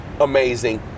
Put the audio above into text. amazing